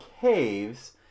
caves